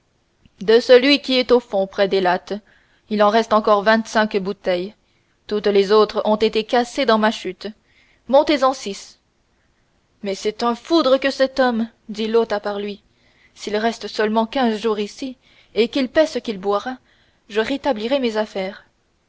de celui qui est au fond près des lattes il en reste encore vingt-cinq bouteilles toutes les autres ont été cassées dans ma chute montez en six mais c'est un foudre que cet homme dit l'hôte à part lui s'il reste seulement quinze jours ici et qu'il paie ce qu'il boira je rétablirai mes affaires